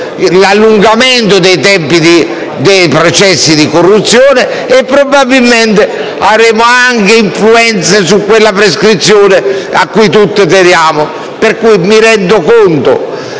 l'allungamento dei tempi dei processi di corruzione e probabilmente comporterebbe anche influenze su quella prescrizione cui tutti teniamo. Mi rendo conto